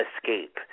Escape